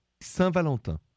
Saint-Valentin